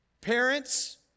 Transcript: parents